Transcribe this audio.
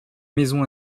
maisons